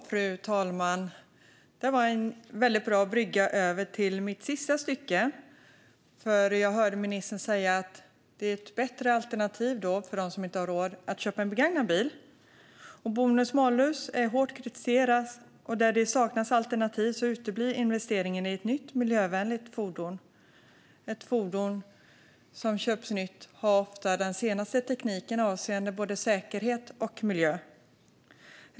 Fru talman! Det här blev en väldigt bra brygga över till mitt sista inlägg. Jag hörde ministern säga att det är ett bättre alternativ, för dem som inte har råd, att köpa en begagnad bil. Bonus-malus-systemet är hårt kritiserat, och där det saknas alternativ uteblir investeringen i ett nytt, miljövänligt fordon. Ett fordon som köps nytt har ofta den senaste tekniken avseende både säkerhet och miljö.